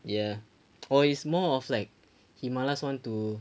ya orh it's more of like he malas want to